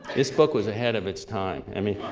this book was ahead of its time. i mean